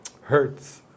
hurts